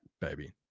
baby